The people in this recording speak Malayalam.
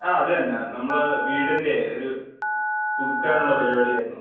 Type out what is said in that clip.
ആ അത് തന്നെ നമ്മൾ വീടിൻ്റെ ഒരു പുതുക്കാനുള്ള പരുപാടി ആയിരുന്നു